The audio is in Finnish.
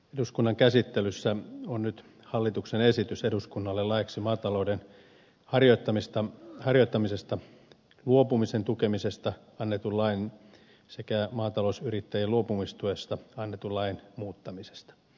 eduskunnan käsittelyssä on nyt hallituksen esitys eduskunnalle laeiksi maatalouden harjoittamisesta luopumisen tukemisesta annetun lain sekä maatalousyrittäjien luopumistuesta annetun lain muuttamisesta